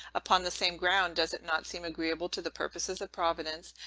upon the same ground, does it not seem agreeable to the purposes of providence,